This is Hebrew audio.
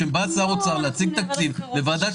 בא שר אוצר להציג תקציב לוועדת כספים,